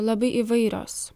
labai įvairios